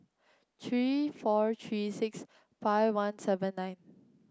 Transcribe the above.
three four three six five one seven nine